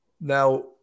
now